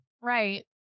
Right